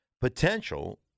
potential